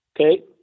Okay